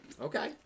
Okay